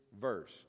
verse